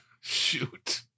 Shoot